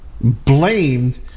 Blamed